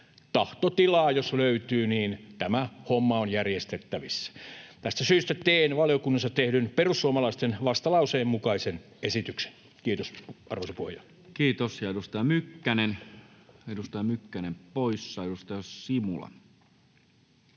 Tahtotilaa jos löytyy, niin tämä homma on järjestettävissä. Tästä syystä teen valiokunnassa tehdyn perussuomalaisten vastalauseen mukaisen esityksen. — Kiitos, arvoisa puhemies. Kiitos. — Ja edustaja Mykkänen, edustaja